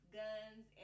guns